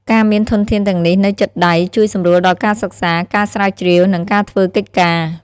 ការមានធនធានទាំងនេះនៅជិតដៃ ជួយសម្រួលដល់ការសិក្សា ការស្រាវជ្រាវ និងការធ្វើកិច្ចការ។